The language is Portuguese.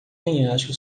penhasco